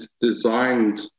designed